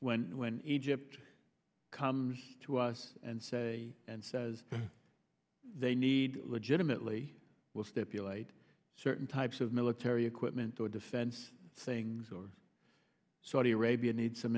when when egypt comes to us and say and says they need legitimately will stipulate certain types of military equipment or defense things or saudi arabia need some